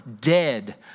dead